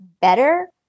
better